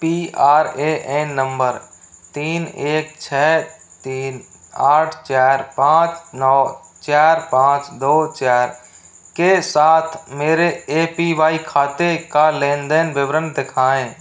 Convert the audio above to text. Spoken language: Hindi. P R A N number तीन एक छः तीन आठ चार पाँच नौ चार पाँच दो चार के साथ मेरे ए पी वाई खाते का लेन देन विवरण दिखाएँ